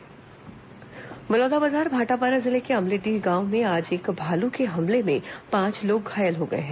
भालू हमला बलौदाबाजार भाटापारा जिले के अमलीडीह गांव में आज एक भालू के हमले में पांच लोग घायल हो गए हैं